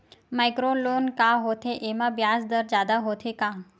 Micro loan का होथे येमा ब्याज दर जादा होथे का?